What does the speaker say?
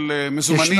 של מזומנים,